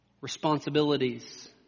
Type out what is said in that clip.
Responsibilities